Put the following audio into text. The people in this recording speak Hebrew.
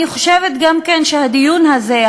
אני גם חושבת שהדיון הזה,